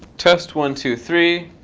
test, one, two, three.